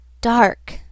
dark